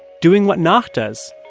doing what naakh does,